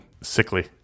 sickly